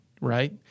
right